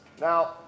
Now